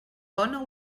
bona